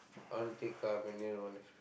I want to take car manual only